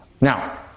Now